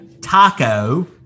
Taco